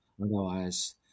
Otherwise